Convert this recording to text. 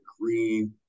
green